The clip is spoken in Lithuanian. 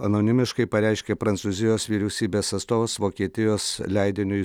anonimiškai pareiškė prancūzijos vyriausybės atstovas vokietijos leidiniui